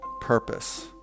purpose